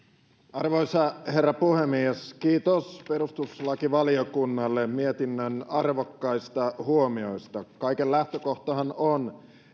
arvoisa herra puhemies kiitos perustuslakivaliokunnalle mietinnön arvokkaista huomioista kaiken lähtökohtahan on